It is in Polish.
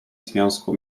związku